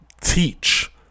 Teach